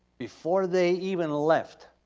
before they even left,